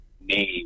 name